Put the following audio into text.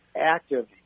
active